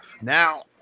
now